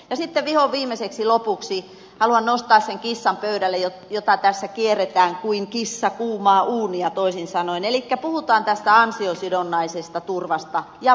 ja sitten vihonviimeiseksi lopuksi haluan nostaa sen kissan pöydälle jota tässä kierretään kuin kissa kuumaa uunia toisin sanoen elikkä puhutaan tästä ansiosidonnaisesta turvasta ja muusta